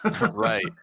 right